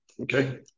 Okay